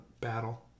battle